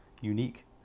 unique